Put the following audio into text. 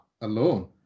alone